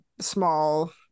small